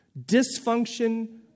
dysfunction